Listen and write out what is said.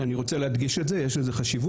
אני רוצה להדגיש את זה, יש לזה חשיבות.